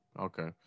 Okay